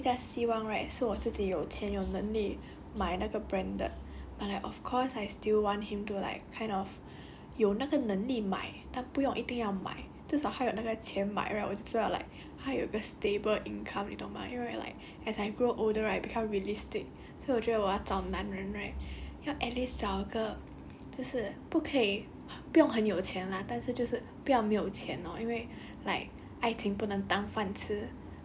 I don't think so eh 我比较希望 right 是我自己有钱有能力买那个 branded and I of course I still want him to like kind of 有那个能力买他不用一定要买至少他有那个钱买 right 我就知道 like 他有一个 stable income 你懂吗因为 right like as I grow older I become realistic so 我觉得我要找男人 right 要 at least 找个不是不可以不用很有钱 lah 但是就是不要没有钱 lor 因为 like